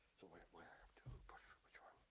so i have to push which one?